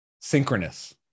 synchronous